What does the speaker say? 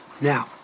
Now